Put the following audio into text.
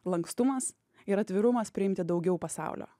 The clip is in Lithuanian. lankstumas ir atvirumas priimti daugiau pasaulio